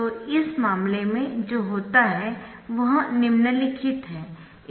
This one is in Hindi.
तो इस मामले में जो होता है वह निम्नलिखित है